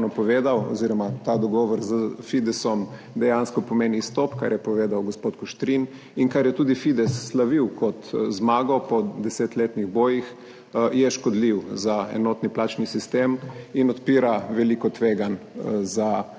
v plačnem sistemu. Ta dogovor s Fidesom dejansko pomeni izstop, kar je povedal gospod Kuštrin in kar je tudi Fides slavil kot zmago po desetletnih bojih, je škodljiv za enotni plačni sistem in odpira veliko tveganj za